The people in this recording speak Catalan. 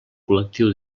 col·lectiu